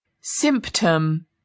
symptom